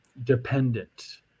Dependent